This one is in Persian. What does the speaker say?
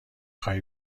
خوای